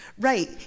Right